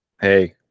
Hey